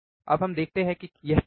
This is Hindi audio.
अब हम देखते हैं कि यह क्या है